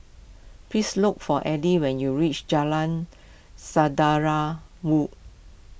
please look for Eddie when you reach Jalan Saudara Wu